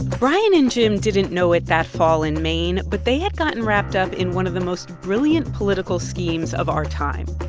brian and jim didn't know it that fall in maine, but they had gotten wrapped up in one of the most brilliant political schemes of our time